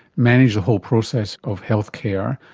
manage the whole process of healthcare,